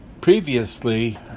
previously